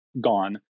gone